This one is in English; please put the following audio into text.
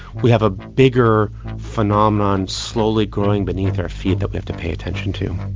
we have a bigger phenomenon slowly growing beneath our feet that we have to pay attention to.